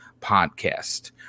podcast